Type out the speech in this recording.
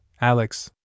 Alex